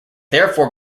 therefore